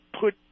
put